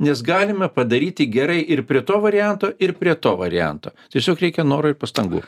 nes galima padaryti gerai ir prie to varianto ir prie to varianto tiesiog reikia noro ir pastangų